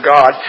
God